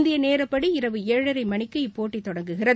இந்தியநேரடிப்படி இரவு ஏழரைமணிக்கு இப்போட்டிதொடங்குகிறது